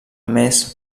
més